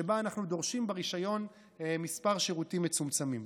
שבה אנחנו דורשים ברישיון כמה שירותים מצומצמים.